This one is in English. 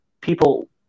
people